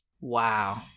Wow